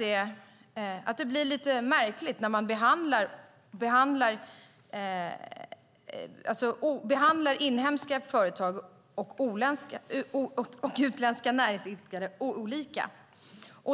Vi tycker att det blir lite märkligt när man behandlar inhemska företag och utländska näringsidkare olika.